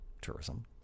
tourism